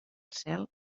cel